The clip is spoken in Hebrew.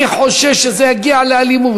אני חושש שזה יגיע לאלימות.